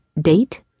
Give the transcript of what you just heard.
date